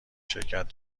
شرکت